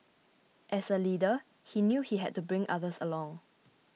as a leader he knew he had to bring others along